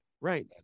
Right